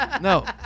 No